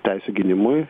teisių gynimui